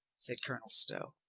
said colonel stow.